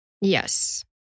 Yes